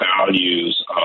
values